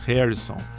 Harrison